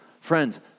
Friends